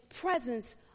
presence